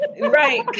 Right